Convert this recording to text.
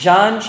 John